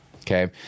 Okay